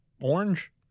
orange